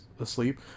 asleep